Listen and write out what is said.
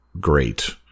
great